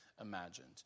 imagined